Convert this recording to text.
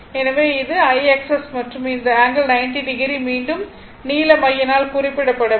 எனவே இது IXS மற்றும் இந்த ∠90o மீண்டும் நீல மையினால் குறிக்கப்படவில்லை